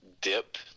dip